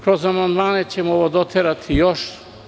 Kroz amandmane ćemo ovo doterati još.